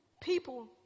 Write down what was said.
People